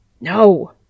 No